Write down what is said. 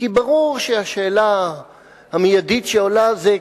כי ברור שהשאלה המיידית שעולה היא,